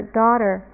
daughter